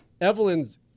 Evelyn's